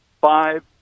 five